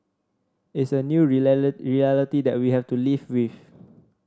it's a new reality that we'll have to live with